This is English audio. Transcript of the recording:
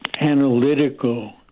analytical